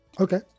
Okay